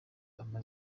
ama